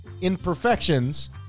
imperfections